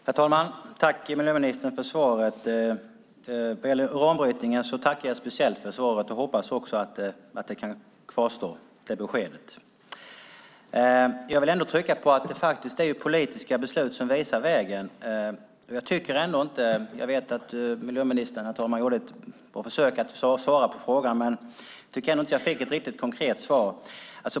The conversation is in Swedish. Herr talman! Tack, miljöministern, för svaret! Jag tackar speciellt för svaret om uranbrytningen och hoppas att ministerns besked kommer att kvarstå. Jag vill ändå trycka på att det faktiskt är politiska beslut som visar vägen. Jag vet att miljöministern gjorde ett försök att svara på frågan, men jag tyckte inte att jag fick ett riktigt konkret svar.